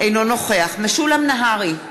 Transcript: אינו נוכח משולם נהרי,